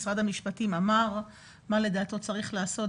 משרד המשפטים אמר מה לדעתו צריך לעשות.